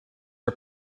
are